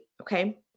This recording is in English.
Okay